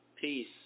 Peace